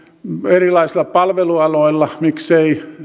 erilaisilla palvelualoilla miksei